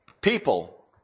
people